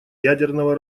ядерного